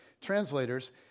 translators